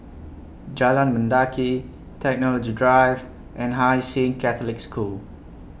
Jalan Mendaki Technology Drive and Hai Sing Catholic School